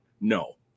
No